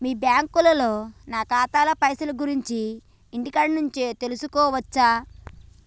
మీ బ్యాంకులో నా ఖాతాల పైసల గురించి ఇంటికాడ నుంచే తెలుసుకోవచ్చా?